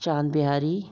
Chand Bihari